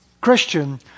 Christian